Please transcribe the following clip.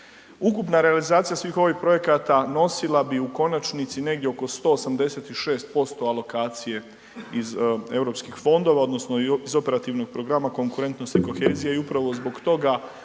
Ukupna realizacija svih ovih projekata nosila bi u konačnici negdje oko 186% alokacije iz Europskih fondova odnosno iz operativnog programa konkurentnosti i kohezija i upravo zbog toga